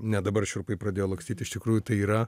net dabar šiurpai pradėjo lakstyt iš tikrųjų tai yra